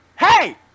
hey